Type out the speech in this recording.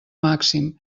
màxim